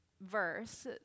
verse